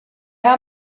how